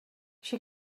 she